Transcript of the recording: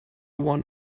one